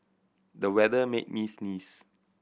the weather made me sneeze